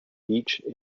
each